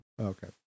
Okay